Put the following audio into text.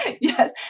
Yes